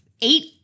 eight